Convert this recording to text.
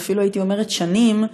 ואפילו הייתי אומרת שנים,